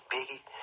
Biggie